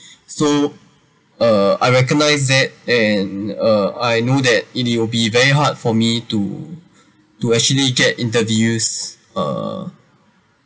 so uh I recognised that and uh I know that it it'll be very hard for me to to actually get interviews uh